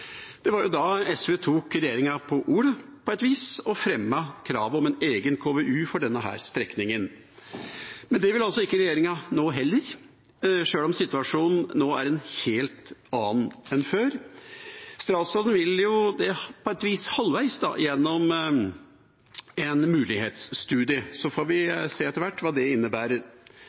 Det var da SV tok regjeringa på ordet på et vis og fremmet kravet om en egen KVU for denne strekningen. Men det vil altså ikke regjeringa nå heller, sjøl om situasjonen nå er en helt annen enn før. Statsråden er jo på et vis halvveis igjennom en mulighetsstudie. Så får vi se etter hvert hva det innebærer.